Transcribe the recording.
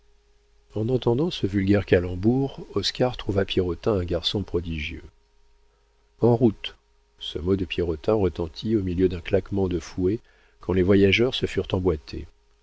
en entendant ce vulgaire calembour oscar trouva pierrotin un garçon prodigieux en route ce mot de pierrotin retentit au milieu d'un claquement de fouet quand les voyageurs se furent emboîtés